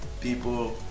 people